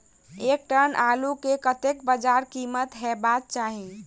एक टन आलु केँ कतेक बजार कीमत हेबाक चाहि?